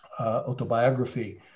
autobiography